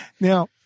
Now